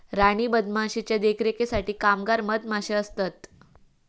राणी मधमाशीच्या देखरेखीसाठी कामगार मधमाशे असतत